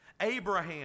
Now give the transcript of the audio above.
Abraham